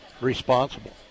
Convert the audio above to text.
responsible